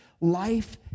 life